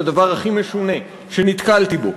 את הדבר הכי משונה שנתקלתי בו.